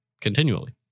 continually